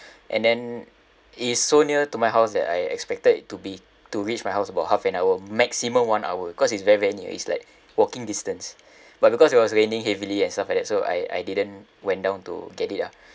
and then it's so near to my house that I expected it to be to reach my house about half an hour maximum one hour cause it's very very near is like walking distance but because it was raining heavily and stuff like that so I I didn't went down to get it ah